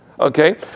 Okay